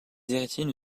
héritiers